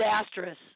disastrous